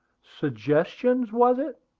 suggestions, was it?